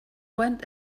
went